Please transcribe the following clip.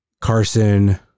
Carson